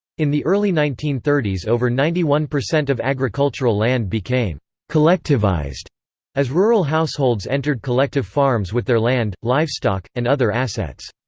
in the early nineteen thirty s over ninety one percent of agricultural land became collectivized as rural households entered collective farms with their land, livestock, and other assets.